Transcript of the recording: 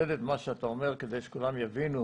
לחדד את מה שאתה אומר כדי שכולם יבינו,